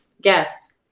guests